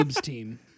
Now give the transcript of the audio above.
team